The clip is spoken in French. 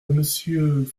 monsieur